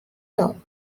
law